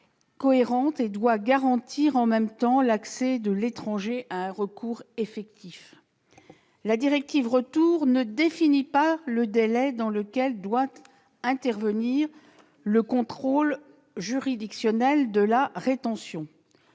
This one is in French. irrégulière et doit garantir en même temps l'accès de l'étranger à un recours effectif. La directive Retour ne définit pas le délai dans lequel doit intervenir le contrôle juridictionnel de la rétention,